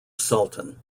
sultan